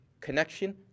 connection